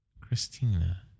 Christina